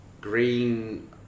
green